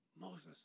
Moses